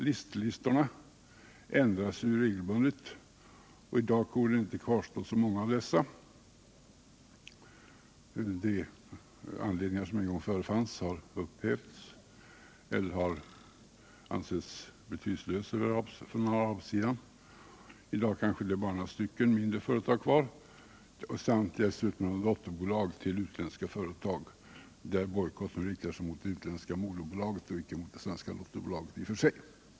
Listorna ändras emellertid regelbundet, och i dag torde inte så många av dessa företag kvarstå. De anledningar som en gång förefanns har försvunnit eller har ansetts betydelselösa av arabsidan. I dag är det kanske bara några mindre företag kvar, samtliga dessutom dotterbolag till utländska företag. Bojkotten riktar sig i dessa fall mot det utländska moderbolaget och icke mot det svenska dotterbolaget i och för sig.